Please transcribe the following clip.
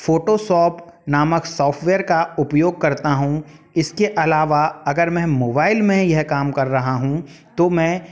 Photoshop नामक software का उपयोग करता हूँ इसके अलावा अगर मैं मोबाइल में यह काम कर रहा हूँ तो मैं